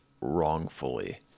wrongfully